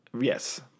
Yes